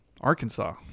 Arkansas